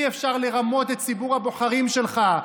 אי-אפשר לרמות את ציבור הבוחרים שלך,